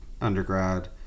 undergrad